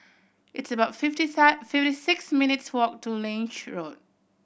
it's about fifty fifty six minutes' walk to Lange Road